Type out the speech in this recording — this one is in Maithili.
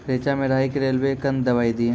रेचा मे राही के रेलवे कन दवाई दीय?